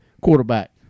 quarterback